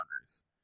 boundaries